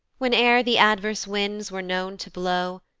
whene'er the adverse winds were known to blow,